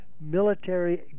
military